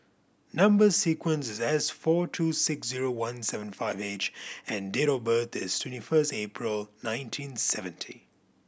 number sequence is S four two six zero one seven five H and date of birth is twenty first April nineteen seventy